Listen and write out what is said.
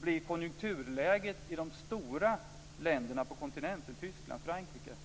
blir konjunkturläget i de stora länderna på kontinenten, t.ex. Tyskland och Frankrike.